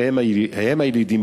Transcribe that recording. שהם בלבד הילידים.